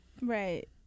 right